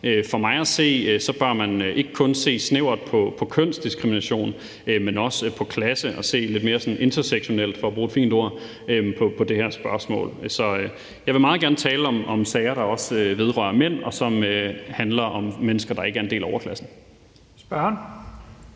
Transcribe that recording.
For mig at se bør man ikke kun se snævert på kønsdiskrimination, men også på klasse, og se lidt mere sådan intersektionelt, for at bruge et fint ord, på det her spørgsmål. Så jeg vil meget gerne tale om sager, der også vedrører mænd, og som handler om mennesker, der ikke er en del af overklassen. Kl.